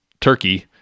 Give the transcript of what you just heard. turkey